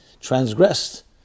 transgressed